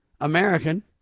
american